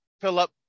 Philip